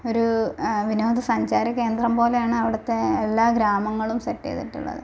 ഒരൂ വിനോദസഞ്ചാര കേന്ദ്രം പോലെയാണ് അവിടുത്തെ എല്ലാ ഗ്രാമങ്ങളും സെറ്റ് ചെയ്തിട്ടുള്ളത്